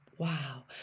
Wow